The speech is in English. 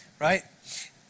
Right